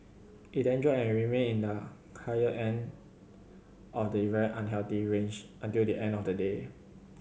it then dropped and remained in the higher end of the even unhealthy range until the end of the day